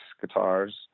guitars